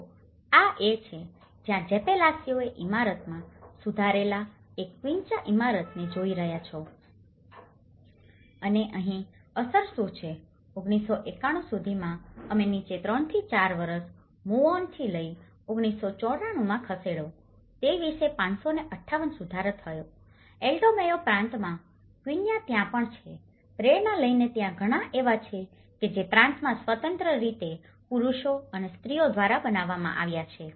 જુઓ આ એ છે આ જેપેલાસીઓ ઇમારતમાં સુધારેલા એક ક્વીંચા ઇમારત ને જોઈ રહ્યા છો અને અહીં અસર શું છે 1991 સુધીમાં અમે નીચે 3 થી 4 વર્ષ મુવ ઓન થી લઈને 1994 માં ખસેડો તે વિશે 558 સુધારો થયો છે એલ્ટો મેયો પ્રાંતમાં ક્વિન્ચા મકાનો ત્યાં પણ છે પ્રેરણા લઈને ત્યાં ઘણા એવા છે કે જે તે પ્રાંતમાં સ્વતંત્ર રીતે પુરુષો અને સ્ત્રીઓ દ્વારા બનાવવામાં આવ્યા છે